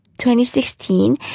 2016